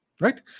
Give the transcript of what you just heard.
Right